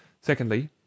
Secondly